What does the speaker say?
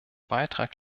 beitrag